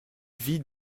vit